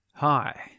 Hi